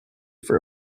for